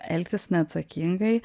elgtis neatsakingai